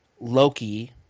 Loki